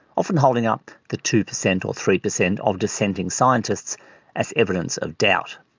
often holding up the two percent or three percent of dissenting scientists as evidence of doubt,